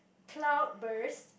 cloud burst